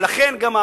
ולכן גם,